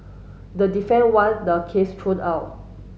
the defence want the case thrown out